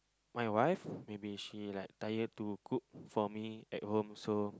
my wife maybe she like tired to cook for me at home so